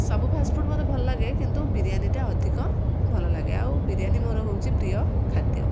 ସବୁ fast food ମୋତେ ଭଲଲାଗେ କିନ୍ତୁ ବିରିୟାନିଟା ଅଧିକ ଭଲଲାଗେ ଆଉ ବିରିୟାନି ମୋର ହେଉଛି ପ୍ରିୟ ଖାଦ୍ୟ